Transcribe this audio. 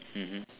mmhmm